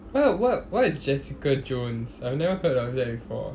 what what what is jessica jones I've never heard of that before